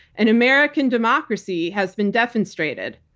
an american democracy has been defenestrated.